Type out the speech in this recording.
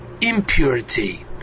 impurity